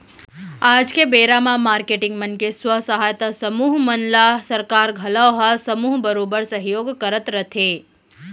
आज के बेरा म मारकेटिंग मन के स्व सहायता समूह मन ल सरकार घलौ ह समूह बरोबर सहयोग करत रथे